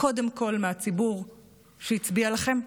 קודם כול מהציבור שהצביע לכם,